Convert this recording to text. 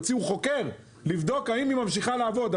הוציאו חוקר לבדוק האם היא ממשיכה לעבוד.